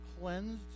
cleansed